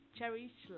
Cherish